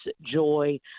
joy